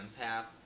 path